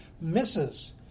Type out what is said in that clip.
misses